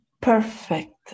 perfect